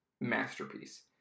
masterpiece